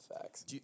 Facts